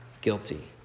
guilty